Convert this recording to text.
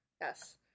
Yes